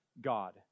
God